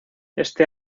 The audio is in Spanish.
este